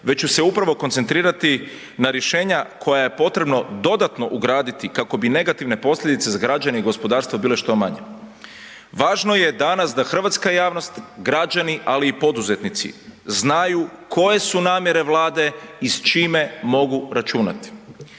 već ću se upravo koncentrirati na rješenja koja je potrebno dodatno ugraditi kako bi negativne posljedice za građane i gospodarstvo bile što manje. Važno je danas da hrvatska javnost, građani, ali i poduzetnici znaju koje su namjere Vlade i s čime mogu računati.